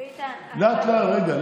ביטן, רגע.